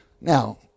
Now